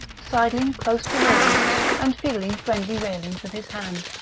sidling close to walls and feeling friendly railings with his hand.